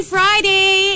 Friday